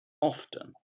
often